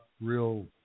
real